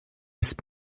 ist